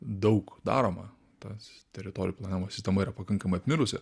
daug daroma tas teritorijų planavimo sistema yra pakankamai apmirusi